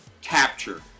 Capture